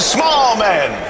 Smallman